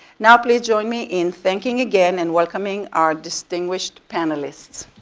now, please join me in thanking again and welcoming our distinguished panelists.